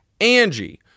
Angie